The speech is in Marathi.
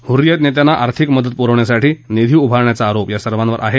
हुरियत नेत्यांना आर्थिक मदत पुरवण्यासाठी निधी उभारण्याचा आरोप या सर्वांवर आहे